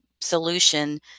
solution